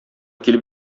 килеп